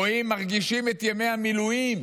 רואים ומרגישים את ימי המילואים